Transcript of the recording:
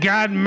God